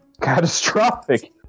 catastrophic